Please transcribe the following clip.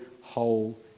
whole